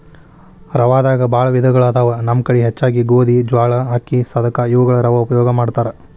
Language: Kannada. ರವಾದಾಗ ಬಾಳ ವಿಧಗಳು ಅದಾವ ನಮ್ಮ ಕಡೆ ಹೆಚ್ಚಾಗಿ ಗೋಧಿ, ಜ್ವಾಳಾ, ಅಕ್ಕಿ, ಸದಕಾ ಇವುಗಳ ರವಾ ಉಪಯೋಗ ಮಾಡತಾರ